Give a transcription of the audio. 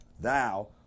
Thou